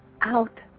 out